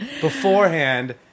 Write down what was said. beforehand